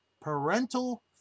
parental